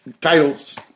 titles